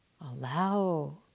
Allow